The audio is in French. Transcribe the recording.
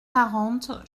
quarante